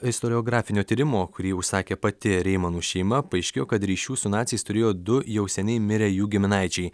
istoriografinio tyrimo kurį užsakė pati reimanų šeima paaiškėjo kad ryšių su naciais turėjo du jau seniai mirę jų giminaičiai